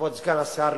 כבוד סגן שר השר,